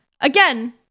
Again